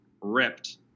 ripped